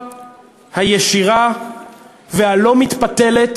הישירה והלא-מתפתלת